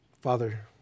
Father